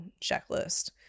checklist